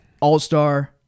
all-star